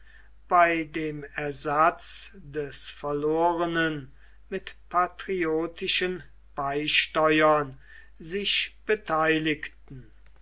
bei dem ersatz des verlorenen mit patriotischen beisteuern sich beteiligten